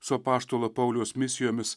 su apaštalo pauliaus misijomis